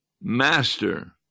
Master